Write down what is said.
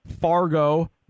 Fargo